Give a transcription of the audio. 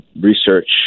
research